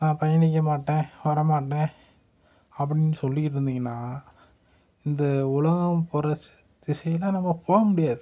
நான் பயணிக்க மாட்டேன் வர மாட்டேன் அப்படின்னு சொல்லிக்கிட்டு இருந்திங்கனா இந்த உலகம் போகிற திசைலாம் நாம் போக முடியாது